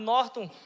Norton